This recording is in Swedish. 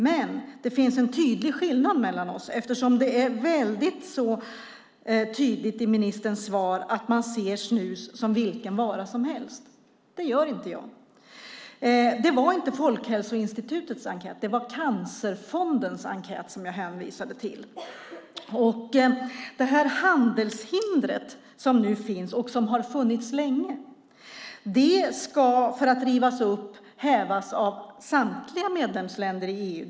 Men det finns en tydlig skillnad mellan oss eftersom det är väldigt tydligt i ministerns svar att man ser snus som vilken vara som helst. Det gör inte jag. Det var inte Folkhälsoinstitutets enkät, utan det var Cancerfondens enkät som jag hänvisade till. Handelshindret som nu finns och som har funnits länge ska för att rivas upp hävas av samtliga medlemsländer i EU.